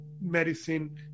medicine